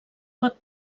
pot